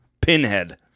Pinhead